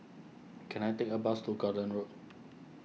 can I take a bus to Gordon Road